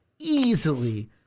easily